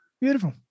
Beautiful